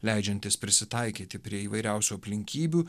leidžiantis prisitaikyti prie įvairiausių aplinkybių